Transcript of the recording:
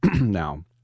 now